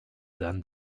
than